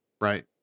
Right